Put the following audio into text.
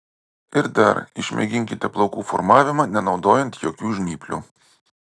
ir dar išmėginkite plaukų formavimą nenaudojant jokių žnyplių